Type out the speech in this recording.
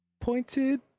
pointed